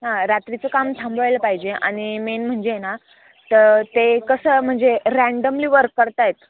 हां रात्रीचं काम थांबवायला पाहिजे आणि मेन म्हणजे आहे ना तर ते कसं म्हणजे रँडमली वर्क करत आहेत